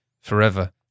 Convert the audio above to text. forever